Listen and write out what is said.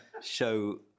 show